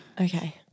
Okay